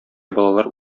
балалар